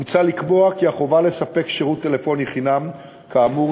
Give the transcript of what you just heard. מוצע לקבוע כי החובה לתת שירות טלפוני חינם כאמור